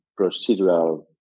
procedural